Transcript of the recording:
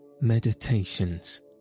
Meditations